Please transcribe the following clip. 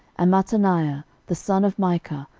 and mattaniah the son of micah,